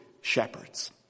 shepherds